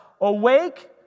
Awake